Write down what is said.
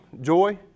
joy